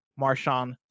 Marshawn